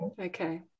Okay